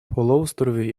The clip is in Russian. полуострове